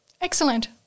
Excellent